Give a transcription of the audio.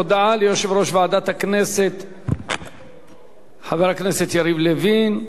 הודעה ליושב-ראש ועדת הכנסת חבר הכנסת יריב לוין.